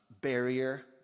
barrier